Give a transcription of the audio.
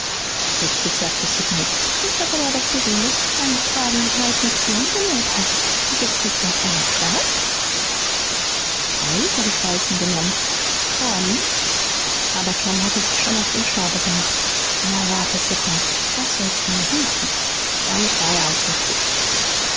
plötzlich sagte sidney ich hab aber doch gesehen daß du seinen kragen mit weißem zwirn genäht hast und jetzt ist er auf einmal schwarz freilich hab ich weißen genommen tom aber tom hatte sich schon aus dem staube gemacht na warte sidney das sollst du mir büßen damit war er aus der tür